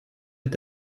est